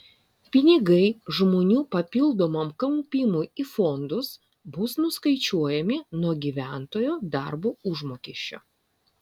pinigai žmonių papildomam kaupimui į fondus bus nuskaičiuojami nuo gyventojo darbo užmokesčio